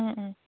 ꯎꯝ ꯎꯝ